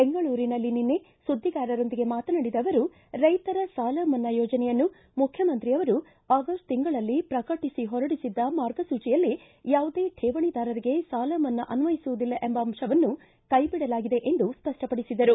ಬೆಂಗಳೂರಿನಲ್ಲಿ ನಿನ್ನೆ ಸುದ್ದಿಗಾರರೊಂದಿಗೆ ಮಾತನಾಡಿದ ಅವರು ರೈತರ ಸಾಲಮನ್ನಾ ಯೋಜನೆಯನ್ನು ಮುಖ್ಯಮಂತ್ರಿಯವರು ಆಗಸ್ಟ್ ತಿಂಗಳಲ್ಲಿ ಪ್ರಕಟು ಹೊರಡಿಸಿದ್ದ ಮಾರ್ಗಸೂಚಿಯಲ್ಲಿ ಯಾವುದೇ ಶೇವಣಿದಾರರಿಗೆ ಸಾಲಮನ್ನಾ ಅನ್ವಯಿಸುವುದಿಲ್ಲ ಎಂಬ ಅಂಶವನ್ನು ಕೈ ಬಿಡಲಾಗಿದೆ ಎಂದು ಸ್ಪಷ್ಟಪಡಿಸಿದರು